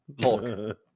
Hulk